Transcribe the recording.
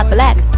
Black